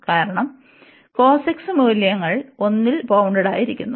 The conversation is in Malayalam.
കാരണം cos x മൂല്യങ്ങൾ 1ൽ ബൌൺഡ്ടായിരിക്കുന്നു